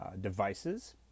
devices